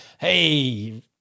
Hey